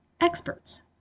experts